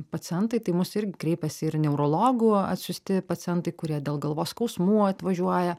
pacientai tai į mus irgi kreipias ir neurologų atsiųsti pacientai kurie dėl galvos skausmų atvažiuoja